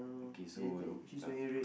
okay so uh